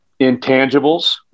intangibles